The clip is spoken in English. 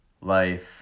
life